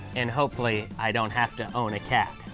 and hopefully i don't have to own a cat.